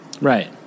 Right